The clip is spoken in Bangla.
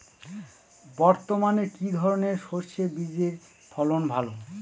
বর্তমানে কি ধরনের সরষে বীজের ফলন ভালো?